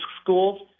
schools